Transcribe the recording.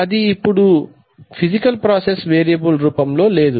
అది ఇప్పుడు physical process variable రూపంలో లేదు